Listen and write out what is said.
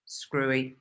screwy